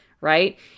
Right